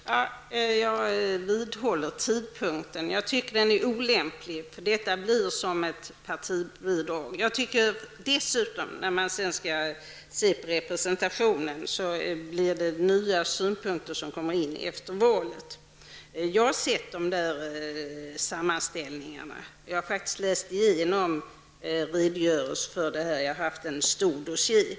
Herr talman! Jag vidhåller vad jag tidigare har sagt om tidpunkten. Jag tycker alltså att denna är olämplig. Det här blir som ett partibidrag. När det gäller representationen kommer det nya synpunkter efter valet. Jag har sett de olika sammanställningarna, och jag har faktiskt också läst den redogörelse som finns i det här sammanhanget. Det handlar om en stor dossier.